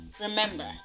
Remember